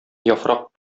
яфрак